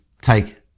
take